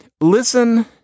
listen